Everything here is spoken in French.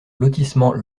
lotissement